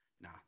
nah